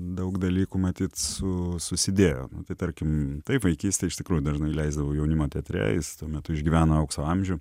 daug dalykų matyt su susidėjo tai tarkim taip vaikystėj iš tikrųjų dažnai leisdavau jaunimo teatre jis tuo metu išgyvena aukso amžių